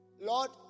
Lord